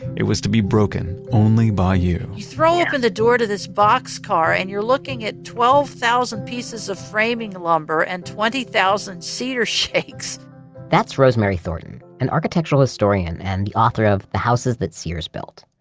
it was to be broken only by you. you throw open the door to this boxcar and you're looking at twelve thousand pieces of framing lumber and twenty thousand cedar shakes that's rosemary thornton, an architectural historian and the author of the houses that sears built.